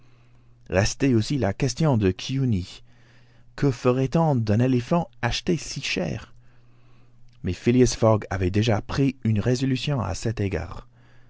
restait aussi la question de kiouni que ferait-on d'un éléphant acheté si cher mais phileas fogg avait déjà pris une résolution à cet égard